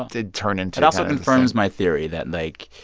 did turn into. it also confirmed my theory that, like,